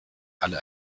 alle